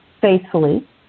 faithfully